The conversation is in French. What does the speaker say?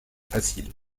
facile